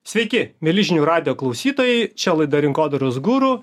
sveiki mieli žinių radijo klausytojai čia laida rinkodaros guru